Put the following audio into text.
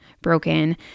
broken